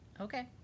Okay